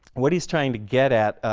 what he's trying to get at,